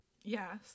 yes